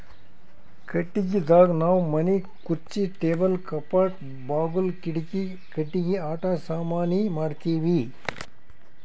ಕಟ್ಟಿಗಿದಾಗ್ ನಾವ್ ಮನಿಗ್ ಖುರ್ಚಿ ಟೇಬಲ್ ಕಪಾಟ್ ಬಾಗುಲ್ ಕಿಡಿಕಿ ಕಟ್ಟಿಗಿ ಆಟ ಸಾಮಾನಿ ಮಾಡ್ತೀವಿ